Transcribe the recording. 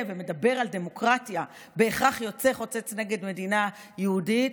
ומדבר על דמוקרטיה בהכרח יוצא חוצץ נגד מדינה יהודית,